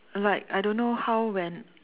like I don't know how when